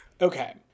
Okay